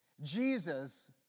Jesus